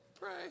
pray